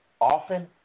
Often